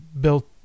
built